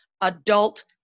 adult